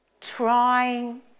trying